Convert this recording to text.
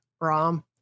Rom